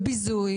ביזוי,